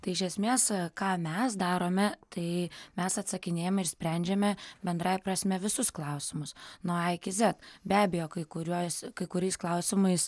tai iš esmės ką mes darome tai mes atsakinėjame ir sprendžiame bendrąja prasme visus klausimus nuo a iki z be abejo kai kuriuos kai kuriais klausimais